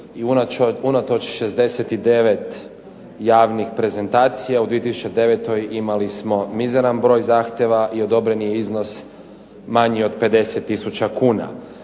i unatoč 69 javnih prezentacija u 2009. imali smo mizeran broj zahtjeva i odobren je iznos manji od 50 tisuća kuna.